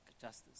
justice